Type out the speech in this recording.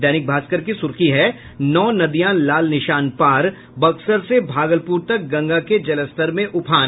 दैनिक भास्कर की सुर्खी है नौ नदियां लाल निशान पारः बक्सर से भागलपुर तक गंगा के जलस्तर में उफान